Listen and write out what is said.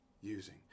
using